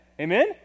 Amen